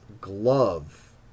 glove